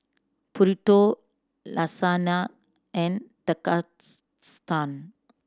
Burrito Lasagne and